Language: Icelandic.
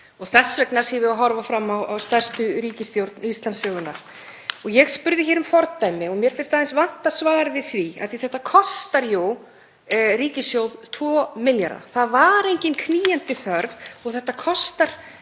og þess vegna séum við að horfa fram á stærstu ríkisstjórn Íslandssögunnar. Ég spurði um fordæmi og mér finnst aðeins vanta svar við því af því að þetta kostar jú ríkissjóð 2 milljarða. Það var engin knýjandi þörf og þetta kostar